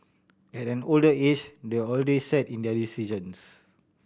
at an older age they're already set in their decisions